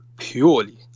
purely